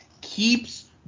keeps